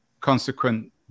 consequent